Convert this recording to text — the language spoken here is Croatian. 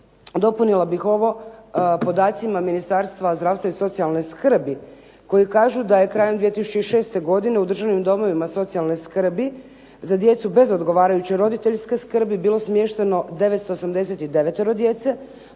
dopunila bih ovo podacima Ministarstva zdravstva i socijalne skrbi koji kažu da je krajem 2006. godine u državnim domovima socijalne skrbi za djecu bez odgovarajuće roditeljske skrbi bilo smješteno 989 djece